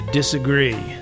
disagree